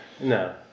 No